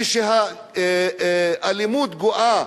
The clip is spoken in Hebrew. כשהאלימות גואה,